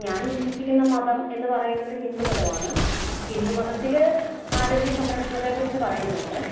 ഞാൻ വിശ്വസിക്കുന്ന മതം എന്നു പറയുന്നത് ഹിന്ദു മതമാണ് ഹിന്ദു മതത്തിൽ ആരോഗ്യ സംരക്ഷണത്തെ കുറിച്ചു പറയുന്നുണ്ട്